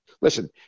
listen